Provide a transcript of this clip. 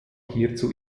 hierzu